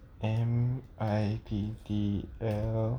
M I T T L